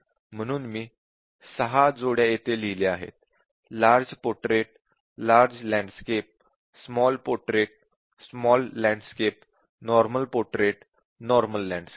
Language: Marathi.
म्हणून मी ६ जोड्या येथे लिहिल्या आहेत large portrait large landscape small portrait small landscape normal portrait normal landscape